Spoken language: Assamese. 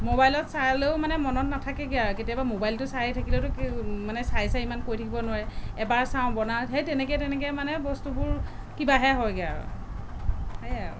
ম'বাইলত চালেও মানে মনত নাথাকেগৈ আৰু কেতিয়াবা ম'বাইলটো চাই থাকিলেওতো মানে চাই চাই ইমান কৰি থাকিব নোৱাৰে এবাৰ চাওঁ বনাওঁ সেই তেনেকৈ তেনেকৈ মানে বস্তুবোৰ কিবাহে হয়গৈ আৰু সেয়াই আৰু